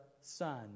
son